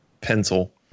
Pencil